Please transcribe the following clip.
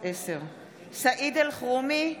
סעיד אלחרומי,